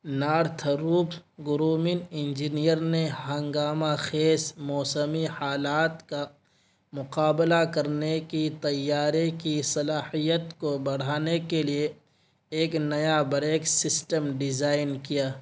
Northrop Grumman engineer نے ہنگامہ خیز موسمی حالات کا مقابلہ کرنے کی طیارے کی صلاحیت کو بڑھانے کے لیے ایک نیا بریک سسٹم ڈیزائن کیا